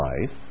life